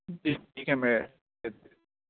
جی ٹھیک ہے میں